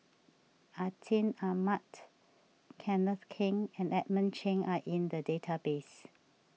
Atin Amat Kenneth Keng and Edmund Cheng are in the database